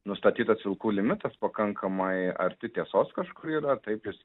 nustatytas vilkų limitas pakankamai arti tiesos kažkur yra taip jis